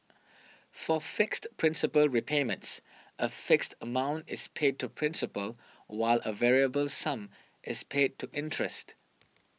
for fixed principal repayments a fixed amount is paid to principal while a variable sum is paid to interest